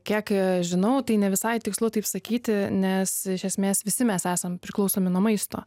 kiek žinau tai ne visai tikslu taip sakyti nes iš esmės visi mes esam priklausomi nuo maisto